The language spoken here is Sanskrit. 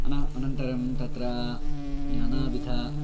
अन अनन्तरं तत्र नानाविधं